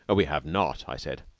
we have not, i said,